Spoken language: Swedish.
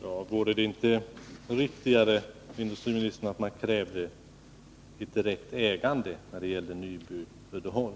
Fru talman! Vore det inte riktigare, industriministern, att kräva rätt ägande när det gäller Nyby Uddeholm?